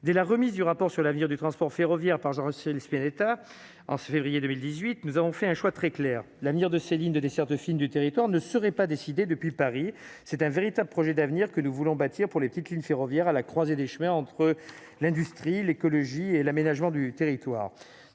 dès la remise du rapport sur l'avenir du transport ferroviaire par Jean-Cyril Spinetta, en février 2018, nous avons fait un choix très clair : l'avenir de ces lignes de desserte fine du territoire ne seraient pas décidées depuis Paris, c'est un véritable projet d'avenir que nous voulons bâtir pour les petites lignes ferroviaires à la croisée des chemins entre l'industrie, l'écologie et l'aménagement du territoire,